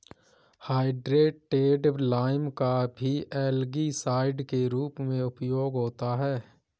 hydrated lime का भी algicide के रूप में उपयोग होता है